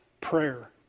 prayer